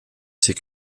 ses